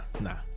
nah